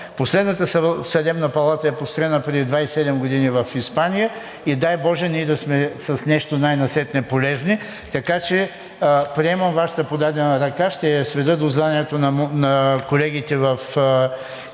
Последната съдебна палата е построена преди 27 години в Испания и, дай боже, най-насетне да сме с нещо полезни, така че приемам Вашата подадена ръка, ще я сведа до знанието на колегите във Варна